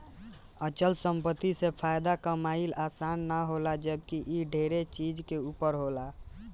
अचल संपत्ति से फायदा कमाइल आसान ना होला जबकि इ ढेरे चीज के ऊपर होला